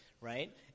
right